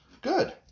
Good